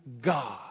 God